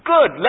Good